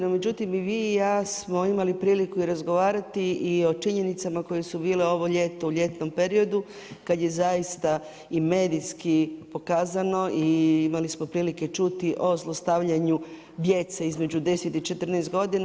No međutim i vi i ja smo imali priliku i razgovarati i o činjenicama koje su bile ovo ljeto u ljetnom periodu kada je zaista i medijski pokazano i imali smo prilike čuti o zlostavljanju djece između 10 i 14 godina.